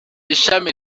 ishami